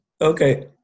Okay